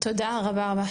תודה רבה רבה,